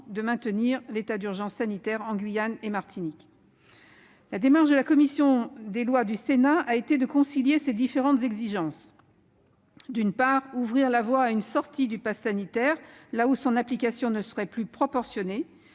de maintenir l'état d'urgence sanitaire en Guyane et Martinique. La démarche de la commission des lois du Sénat a consisté à concilier ces différentes exigences : d'une part, ouvrir la voie à une sortie du passe sanitaire là où son application ne serait plus proportionnée